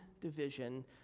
division